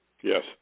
Yes